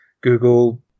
Google